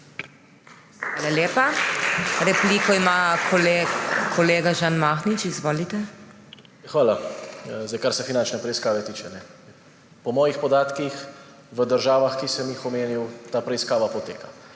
Hvala lepa. Repliko ima kolega Žan Mahnič. Izvolite. ŽAN MAHNIČ (PS SDS): Hvala. Kar se finančne preiskave tiče – po mojih podatkih v državah, ki se jih omenil, ta preiskava poteka.